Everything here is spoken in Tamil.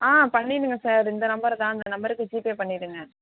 ஆ பண்ணிவிடுங்க சார் இது இந்த நம்பர் தான் இந்த நம்பர்க்கு ஜிபே பண்ணிவிடுங்க